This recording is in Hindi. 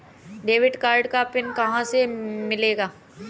डेबिट कार्ड का पिन कहां से मिलेगा?